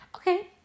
Okay